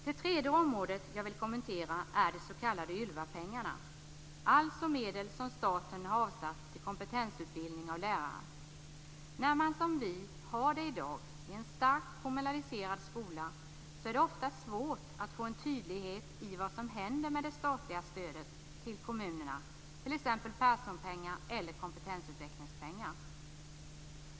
Det tredje området jag vill kommentera är de s.k. Ylvapengarna, dvs. medel som staten har avsatt till kompetensutbildning av lärare. När man som vi i dag har en starkt kommunaliserad skola är det ofta svårt att få en tydlighet i vad som händer med det statliga stödet till kommunerna, t.ex. Perssonpengar eller kompetensutvecklingspengar.